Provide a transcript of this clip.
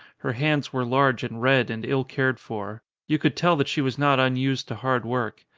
her hands were large and red and ill cared for. you could tell that she was not unused to hard work.